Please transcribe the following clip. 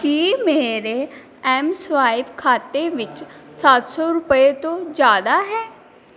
ਕੀ ਮੇਰੇ M swipe ਖਾਤੇ ਵਿੱਚ ਸੱਤ ਸੌ ਰੁਪਈਏ ਤੋਂ ਜ਼ਿਆਦਾ ਹੈ